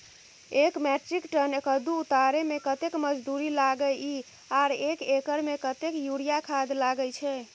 एक metric ton कद्दू उतारे में कतेक मजदूरी लागे इ आर एक एकर में कतेक यूरिया खाद लागे छै?